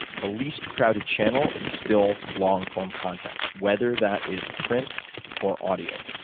the least crowded channel is still long form content, whether that is print or audio.